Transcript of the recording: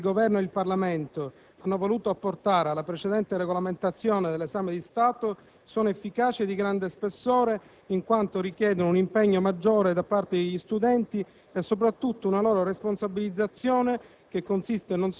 Le migliorie che il Governo e il Parlamento hanno voluto apportare alla precedente regolamentazione dell'esame di Stato sono efficaci e di grande spessore, in quanto richiedono un impegno maggiore da parte degli studenti e, soprattutto, una loro responsabilizzazione